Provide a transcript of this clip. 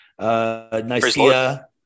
Nicaea